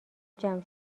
جمع